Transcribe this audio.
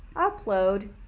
upload,